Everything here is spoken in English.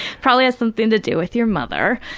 probably has something to do with your mother.